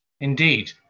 Indeed